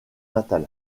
natal